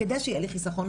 נשים.